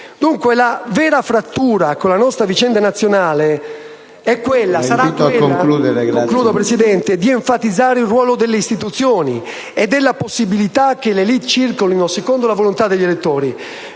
Dunque la vera frattura con la nostra vicenda nazionale sarà quella di enfatizzare il ruolo delle istituzioni e della possibilità che le *élite* circolino secondo la volontà degli elettori.